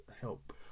help